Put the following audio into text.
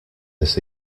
this